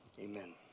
amen